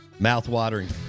mouthwatering